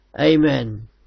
Amen